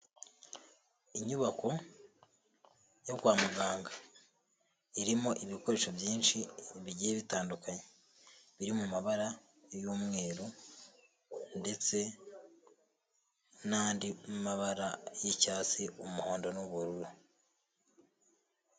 Inyubako yo kwa muganga, irimo ibikoresho byinshi bigiye bitandukanye, biri mu mabara y'umweru ndetse n'andi mabara y'icyatsi, umuhondo n'ubururu.